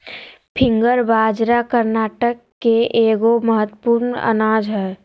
finger बाजरा कर्नाटक के एगो महत्वपूर्ण अनाज हइ